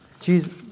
Jesus